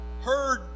heard